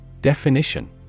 Definition